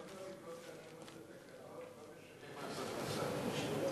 לא לשלם מס הכנסה.